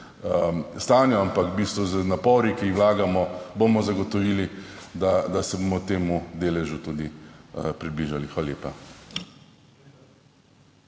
stanju, ampak v bistvu z napori, ki jih vlagamo, bomo zagotovili, da se bomo temu deležu tudi približali. Hvala lepa.